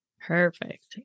Perfect